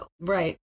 Right